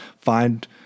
find